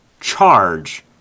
charge